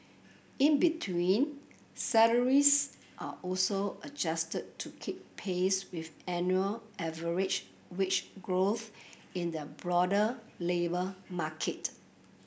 in between salaries are also adjusted to keep pace with annual average wage growth in the broader labour market